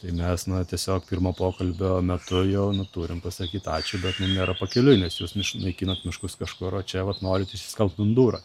tai mes na tiesiog pirmo pokalbio metu jau nu turim pasakyt ačiū bet mum nėra pakeliui nes jūs išnaikinat miškus kažkur o čia vat norit išsiskalbt mundurą